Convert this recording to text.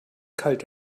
kalt